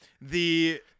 The-